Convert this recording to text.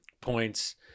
points